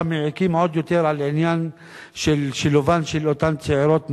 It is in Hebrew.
מעיקים עוד יותר על שילובן של אותן צעירות משכילות.